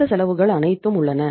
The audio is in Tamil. இந்த செலவுகள் அனைத்தும் உள்ளன